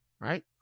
Right